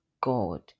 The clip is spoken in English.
God